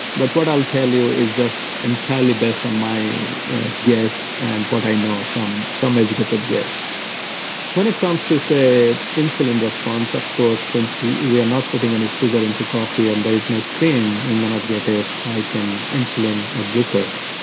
but what i'll tell you is just entirely based on my guess and what i know, some some educated guess when it comes to say, insulin response, of course, since we are not putting any sugar into coffee and there is no cream, we may not get a spike in insulin or glucose.